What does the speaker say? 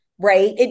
right